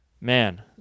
man